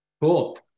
Cool